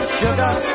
sugar